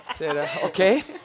Okay